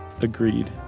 Agreed